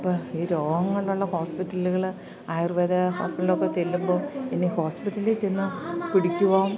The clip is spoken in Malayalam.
അപ്പോൾ ഈ രോഗങ്ങളുള്ള ഹോസ്പിറ്റലുകൾ ആയുർവേദ ഹോസ്പിറ്റലൊക്കെ ചെല്ലുമ്പം ഇനി ഹോസ്പിറ്റലിൽ ചെന്ന് പിടിക്കുകയും